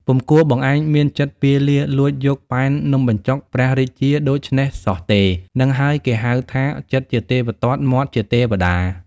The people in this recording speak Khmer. ពុំគួរបងឯងមានចិត្តពាលាលួចយកប៉ែននំបញ្ចុកព្រះរាជាដូច្នេះសោះទេ! ហ្នឹងហើយគេហៅថា ចិត្តជាទេវទត្ត មាត់ជាទេវតា!"